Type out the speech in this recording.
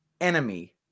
enemy